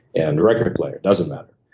and record player. doesn't matter.